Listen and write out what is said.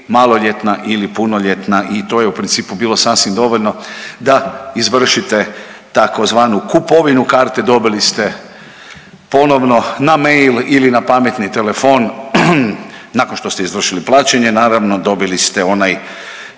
maloljetna ili punoljetna i to je u principu bilo sasvim dovoljno da izvršite tzv. kupovinu karte. Dobili ste ponovno na mail ili na pametni telefon nakon što ste izvršili plaćanje naravno dobili ste onaj